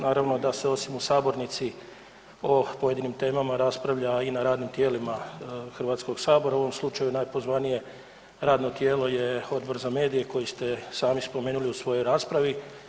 Naravno da se osim u sabornici o pojedinim temama raspravlja i na radnim tijelima Hrvatskog sabora u ovom slučaju najpozvanije radno tijelo je Odbor za medije koji ste sami spomenuli u svojoj raspravi.